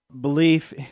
Belief